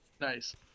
nice